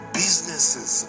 businesses